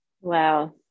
Wow